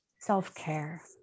self-care